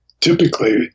typically